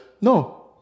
No